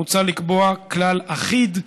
מוצע לקבוע כלל אחיד,